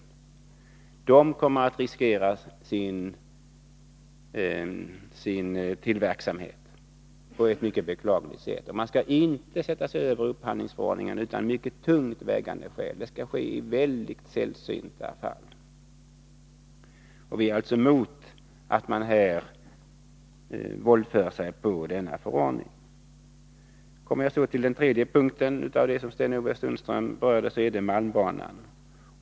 Man skall inte sätta sig över upphandlingsförordningen utan mycket tungt vägande skäl. Det skall ske i väldigt sällsynta fall. Vi är alltså emot att man våldför sig på denna förordning. Jag kommer så till den tredje punkten av det som Sten-Ove Sundström berörde; det gäller malmbanan.